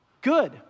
Good